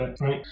Right